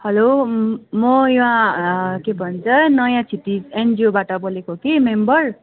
hello म यहाँ के भन्छ नयाँ क्षितिज एनजिओबाट बोलेको कि मेम्बर